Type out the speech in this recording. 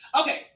Okay